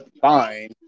Fine